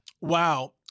Wow